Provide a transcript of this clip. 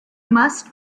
must